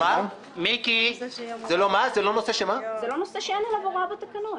זה לא נושא שאין עליו הוראה בתקנון.